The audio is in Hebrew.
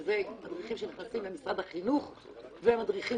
שאלה מדריכים שנכנסים למשרד החינוך ומדריכים